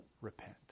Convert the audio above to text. repent